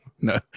no